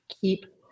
Keep